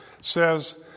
says